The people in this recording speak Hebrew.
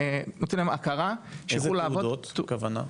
נותנים להם הכרה שיוכלו לעבוד --- איזה תעודות הכוונה?